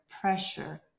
pressure